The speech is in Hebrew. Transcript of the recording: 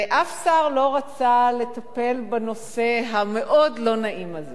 ואף שר לא רצה לטפל בנושא המאוד לא נעים הזה.